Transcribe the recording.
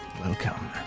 welcome